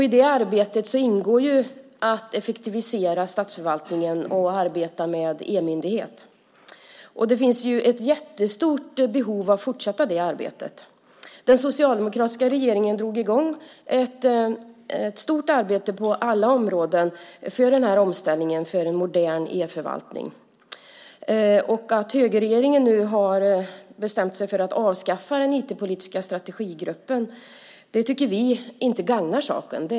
I det arbetet ingår att effektivisera statsförvaltningen och att arbeta med en e-myndighet. Det finns ett jättestort behov av att fortsätta med det arbetet. Den socialdemokratiska regeringen drog i gång ett stort arbete på alla områden för omställningen till en modern e-förvaltning. Att högerregeringen nu har bestämt sig för att avskaffa IT-politiska strategigruppen tycker inte vi gagnar saken.